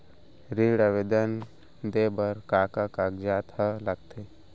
ऋण आवेदन दे बर का का कागजात ह लगथे?